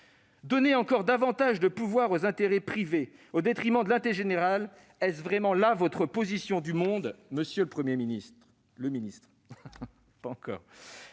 Donner encore davantage de pouvoir aux intérêts privés au détriment de l'intérêt général, est-ce vraiment là votre vision du monde, monsieur le ministre ?